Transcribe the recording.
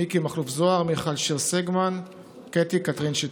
מיקי מכלוף זוהר, מיכל שיר סגמן וקטי קטרין שטרית.